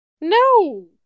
No